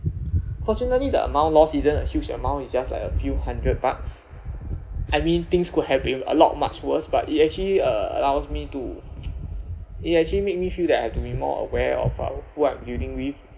fortunately the amount lost isn't a huge amount it's just like a few hundred bucks I mean things could have been a lot much worse but it actually uh allows me to it actually make me feel that I have to be more aware of uh who I am dealing with